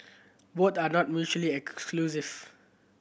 both are not mutually exclusive